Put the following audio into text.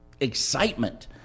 excitement